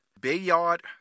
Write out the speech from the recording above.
Bayard